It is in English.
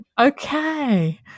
Okay